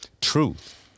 truth